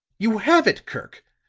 you have it, kirk.